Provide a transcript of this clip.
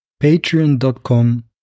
Patreon.com